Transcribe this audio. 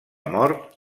mort